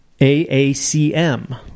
AACM